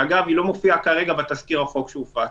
אגב, כרגע היא גם לא מופיעה בתזכיר החוק שהופץ.